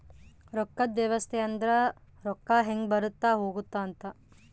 ರೊಕ್ಕದ್ ವ್ಯವಸ್ತೆ ಅಂದ್ರ ರೊಕ್ಕ ಹೆಂಗ ಬರುತ್ತ ಹೋಗುತ್ತ ಅಂತ